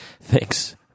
Thanks